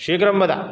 शीघ्रं वद